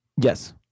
Yes